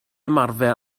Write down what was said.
ymarfer